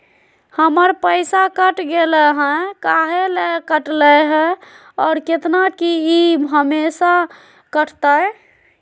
हमर पैसा कट गेलै हैं, काहे ले काटले है और कितना, की ई हमेसा कटतय?